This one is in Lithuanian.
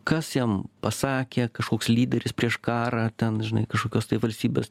kas jam pasakė kažkoks lyderis prieš karą ten žinai kažkokios tai valstybės